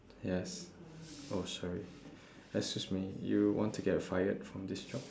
yes oh sorry excuse me you want to get fired from this job